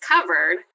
covered